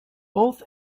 both